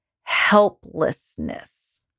helplessness